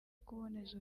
kuboneza